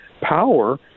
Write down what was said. power